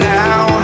now